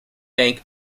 bank